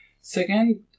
Second